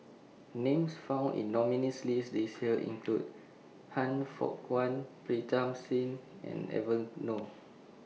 Names found in nominees' list This Year include Han Fook Kwang Pritam Singh and Evon Nor